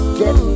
get